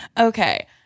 Okay